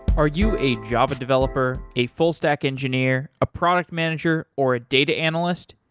are you a java developer, a full-stack engineer, a product manager or a data analyst?